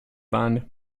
band